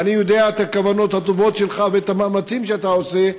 ואני יודע את הכוונות הטובות שלך ואת המאמצים שאתה עושה,